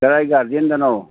ꯀꯗꯥꯏ ꯒꯥꯔꯗꯦꯟꯗꯅꯣ